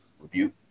review